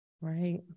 right